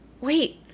Wait